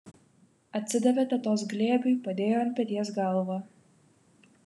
atsidavė tetos glėbiui padėjo ant peties galvą